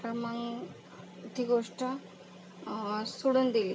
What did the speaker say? तर मग ती गोष्ट सोडून दिली